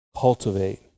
cultivate